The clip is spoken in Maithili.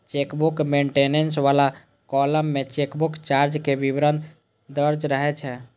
चेकबुक मेंटेनेंस बला कॉलम मे चेकबुक चार्जक विवरण दर्ज रहै छै